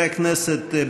חברי הכנסת,